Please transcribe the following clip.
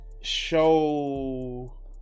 show